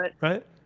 right